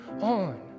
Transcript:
on